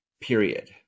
period